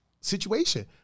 situation